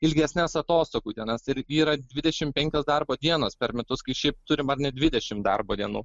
ilgesnes atostogų dienas ir yra dvidešimt penkios darbo dienos per metus kai šiaip turim ar net dvidešimt darbo dienų